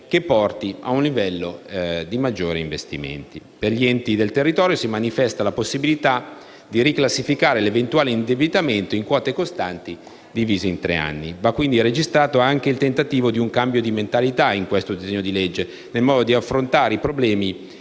che porti a un livello maggiore di investimenti. Per gli enti del territorio si manifesta la possibilità di riclassificare l'eventuale indebitamento in quote costanti, divise in tre anni. Va registrato anche il tentativo di un cambio di mentalità, in questo disegno di legge, nel modo di affrontare i problemi